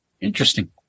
Interesting